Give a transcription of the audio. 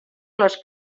les